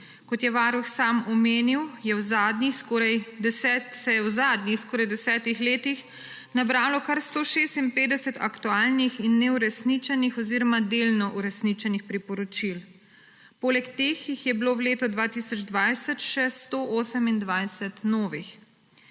Kot je varuh sam omenil, se je v zadnjih skoraj 10 letih nabralo kar 156 aktualnih in neuresničenih oziroma delno uresničenih priporočil. Poleg teh je bilo v letu 2020 še 128 novih.